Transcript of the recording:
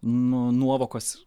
nu nuovokos